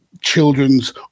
children's